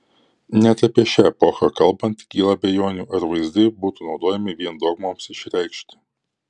net apie šią epochą kalbant kyla abejonių ar vaizdai būtų naudojami vien dogmoms išreikšti